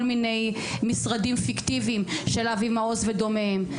מיני משרדים פיקטיביים של אבי מעוז ודומיהם,